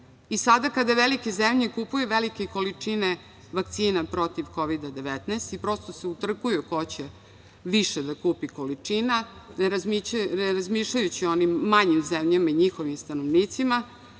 kada velike zemlje kupuju velike količine vakcina protiv Kovida-19 i prosto se utrkuju ko će više da kupi količina, ne razmišljajući o manjim zemljama i njihovim stanovnicima,